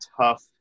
tough